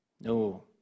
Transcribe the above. No